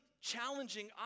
challenging